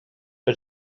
but